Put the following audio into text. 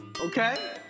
Okay